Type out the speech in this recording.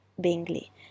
Bingley